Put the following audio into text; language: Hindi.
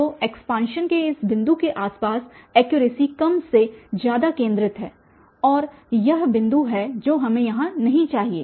तोएक्सपान्शन के इस बिंदु के आसपास ऐक्युरसी कम या ज्यादा केंद्रित है यही एक बिंदु है जो हमें यहाँ नहीं चाहिए